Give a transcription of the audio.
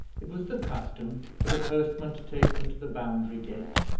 it was the custom for the postman to take them to the boundary-gate,